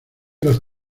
los